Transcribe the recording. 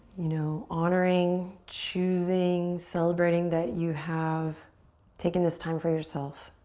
you know, honoring, choosing, celebrating that you have taken this time for yourself.